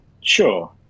sure